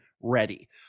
Ready